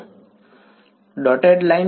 વિદ્યાર્થી dotted line